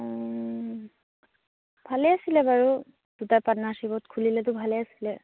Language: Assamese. অঁ ভালেই আছিলে বাৰু দুটা পাৰ্টনাৰশ্বিপত খুলিলেতো ভালে আছিলে